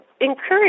encourage